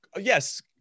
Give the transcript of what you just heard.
Yes